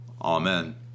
Amen